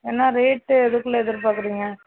என்ன ரேட்டு எதுக்குள்ளே எதிர்பார்க்குறீங்க